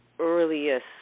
earliest